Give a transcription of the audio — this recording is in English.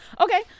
Okay